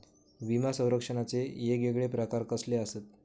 विमा सौरक्षणाचे येगयेगळे प्रकार कसले आसत?